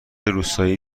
روستایی